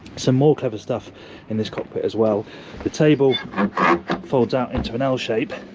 some more clever stuff in this cockpit as well the table folds out into an l shape